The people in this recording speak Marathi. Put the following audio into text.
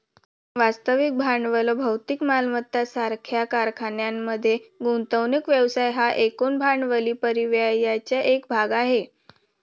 वास्तविक भांडवल भौतिक मालमत्ता सारख्या कारखान्यांमध्ये गुंतवणूक व्यवसाय हा एकूण भांडवली परिव्ययाचा एक भाग आहे